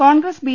Congress B